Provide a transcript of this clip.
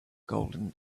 golden